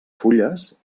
fulles